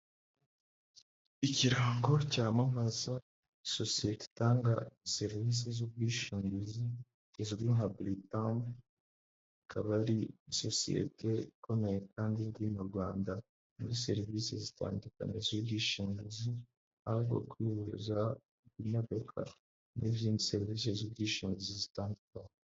Ikirango cyamamaza sosiyete itanga serivisi z'ubwishingizi zizwi nka buritamu ikaba ari sosiyete ikomeye kandi iri mu Rwanda, muri serivisi zitandukanye z'ubwishingizi ahubwo bahuza imodoka n'izindi serivise z'ubwishingizi zitandukanye.